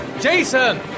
Jason